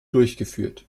durchgeführt